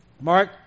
Mark